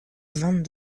vingt